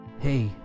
Hey